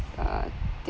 uh they are